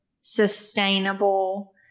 sustainable